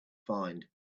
find